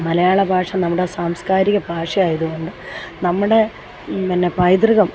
മലയാളഭാഷ നമ്മുടെ സാംസ്കാരിക ഭാഷയായതുകൊണ്ട് നമ്മുടെ പിന്നെ പൈതൃകം